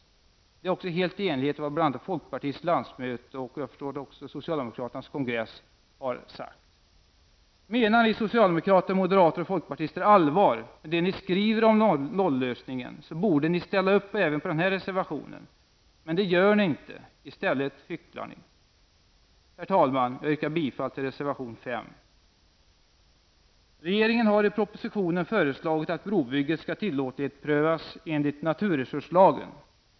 Det är också helt i enlighet med vad folkpartiets landsmöte och socialdemokraternas kongress har sagt. Menar ni socialdemokrater, moderater och folkpartister allvar med det ni skriver om nollösningen så borde ni ställa upp även på den reservationen. Men det gör ni inte. I stället hycklar ni. Herr talman! Jag yrkar bifall till reservation 5. Regeringen har i propositionen föreslagit att brobygget skall tillåtlighetsprövas enligt naturresurslagen.